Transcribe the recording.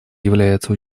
является